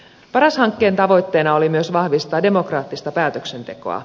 paras hankkeen tavoitteena oli myös vahvistaa demokraattista päätöksentekoa